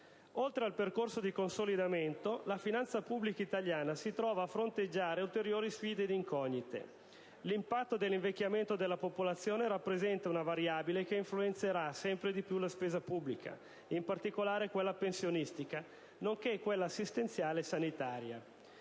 Oltre al percorso di consolidamento, la finanza pubblica italiana si trova a fronteggiare ulteriori sfide ed incognite. L'impatto dell'invecchiamento della popolazione rappresenta una variabile che influenzerà sempre di più la spesa pubblica, in particolare quella pensionistica, nonché quella assistenziale e sanitaria.